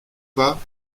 pas